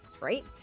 right